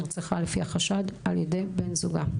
נרצחה על פי החשד על ידי בן זוגה.